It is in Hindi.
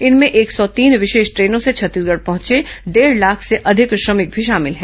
इनमें एक सौ तीन विशेष ट्रेनों से छत्तीसगढ़ पहुंचे डेढ़ लाख से अधिक श्रमिक भी शामिल हैं